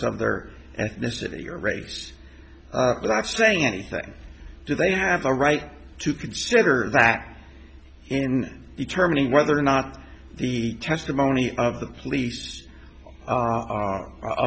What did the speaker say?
some other ethnicity or race without saying anything do they have a right to consider that in determining whether or not the testimony of the police